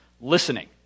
listening